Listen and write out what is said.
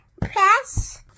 Press